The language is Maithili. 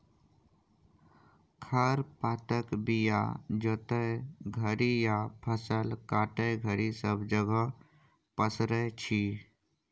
खर पातक बीया जोतय घरी या फसल काटय घरी सब जगह पसरै छी